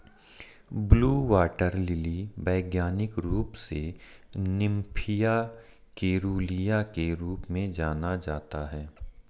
blue water lily वैज्ञानिक रूप से निम्फिया केरूलिया के रूप में जाना जाता है